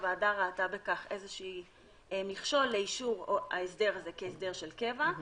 הוועדה ראתה בכך איזשהו מכשול לאישור ההסדר הזה כהסדר קבע.